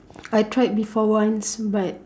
I tried before once but